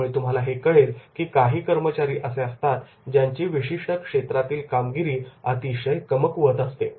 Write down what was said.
त्यामुळे तुम्हाला हे कळेल की काही कर्मचारी असे असतात ज्यांची विशिष्ट क्षेत्रातली कामगिरी अतिशय कमकुवत असते